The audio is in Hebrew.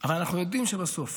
אבל אנחנו יודעים שבסוף